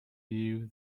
you